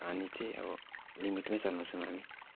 पानी चाहिँ अब लिमिटमै चलाउछौँ हामी